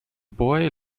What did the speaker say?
bois